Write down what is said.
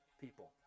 people